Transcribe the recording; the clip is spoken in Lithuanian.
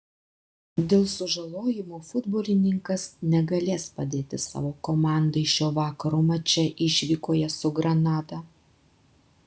dėl sužalojimo futbolininkas negalės padėti savo komandai šio vakaro mače išvykoje su granada